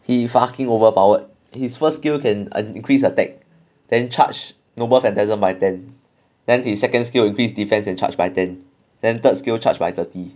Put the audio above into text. he fucking overpowered his first skill can increase attack then charge noble phantasm by ten then his second skill increase defence and charge by ten then third skill charge by thirty